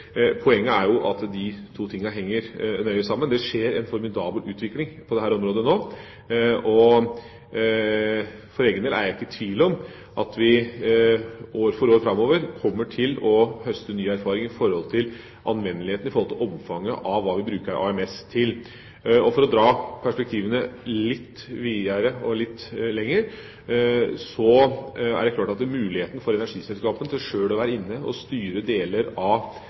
Poenget er at disse to tingene henger nøye sammen. Det skjer en formidabel utvikling på dette området nå, og for egen del er jeg ikke i tvil om at vi år for år framover kommer til å høste ny erfaring i forhold til anvendeligheten, i forhold til omfanget av hva vi bruker AMS til. Og for å dra perspektivene litt videre og litt lenger: Å gi energiselskapene mulighet til sjøl å være inne og styre deler av